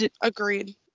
agreed